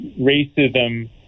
racism